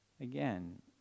Again